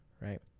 right